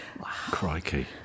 Crikey